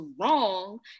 wrong